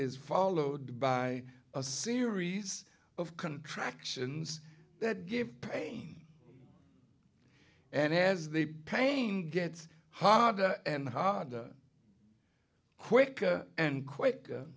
is followed by a series of contractions that give pain and has the pain gets harder and harder quicker and quick